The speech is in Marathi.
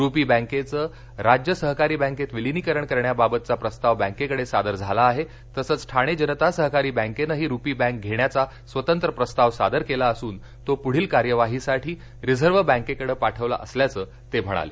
रुपी बँकेचं राज्य सहकारी बँकेत विलीनीकरण करण्याबाबतचा प्रस्ताव बँकेकडे सादर झाला आहे तसच ठाणे जनता सहकारी बँकेनही रुपी बँक घेण्याचा स्वतंत्र प्रस्ताव सादर केला असून तो पुढील कार्यवाहीसाठी रिझर्व्ह बँकेकडे पाठवला असल्याचं ते म्हणाले